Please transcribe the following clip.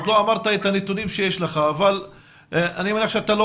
עוד לא אמרת את הנתונים שיש לך אבל אני רואה שאתה לא